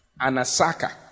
Anasaka